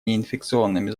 неинфекционными